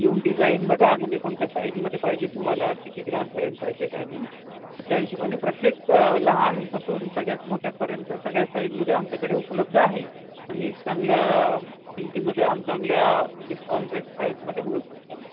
येऊन डिझाईन बघा म्हणजे कोणत्या साईजमध्ये पाहिजे तुम्हाला किती ग्रामपर्यंत पाहिजे काय नाही त्या हिशोबाने प्रत्येक लहानापासून सगळ्यात मोठ्यापर्यंत सगळ्या साईजमध्ये आमच्याकडे उपलब्ध आहे आणि एक चांगल्या किंमतीमध्ये आम चांगल्या डिस्काउंट रेट प्राईजमध्ये मिळू शकतं